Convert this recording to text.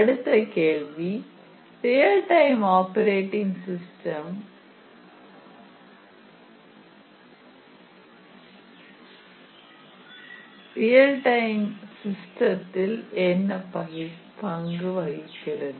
அடுத்த கேள்வி real time operating system real time சிஸ்டத்தில் என்ன பங்கு வகிக்கிறது